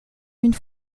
une